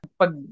pag